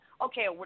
Okay